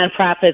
nonprofits